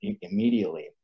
immediately